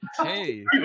hey